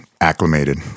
acclimated